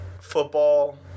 football